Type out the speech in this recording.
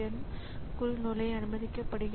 எனவே அவைகள் நினைவகத்தை அணுக விரும்புகின்றன